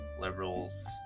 liberals